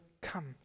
come